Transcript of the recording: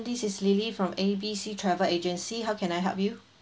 this is lily from A B C travel agency how can I help you